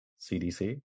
CDC